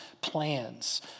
plans